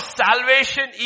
salvation